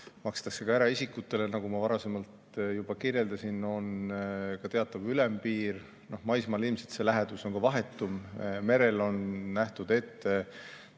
makstakse ka eraisikutele, nagu ma varasemalt juba kirjeldasin, on ka teatav ülempiir, maismaal ilmselt see lähedus on ka vahetum. Merel on nähtud